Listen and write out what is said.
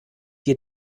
dir